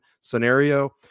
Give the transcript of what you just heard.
scenario